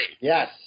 Yes